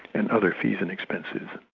and other fees and expenses.